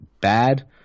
bad